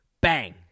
bang